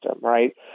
right